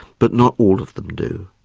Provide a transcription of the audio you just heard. but not all of them do.